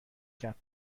کرد